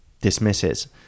dismisses